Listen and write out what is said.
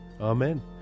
amen